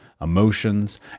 emotions